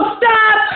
stop